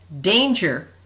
danger